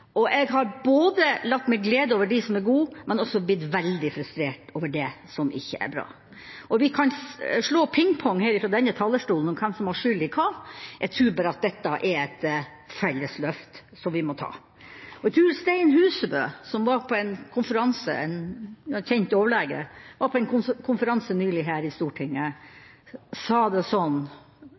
Jeg har latt meg glede over det som er bra, men også blitt veldig frustrert over det som ikke er bra. Vi kan spille pingpong her fra denne talerstolen om hvem som har skyld i hva – jeg tror bare at dette er et felles løft som vi må ta. Jeg tror Stein Husebø, en kjent overlege som var på en konferanse nylig her i Stortinget, sa at vi må snu hele tankegangen rundt eldreomsorgen hvis vi skal få til det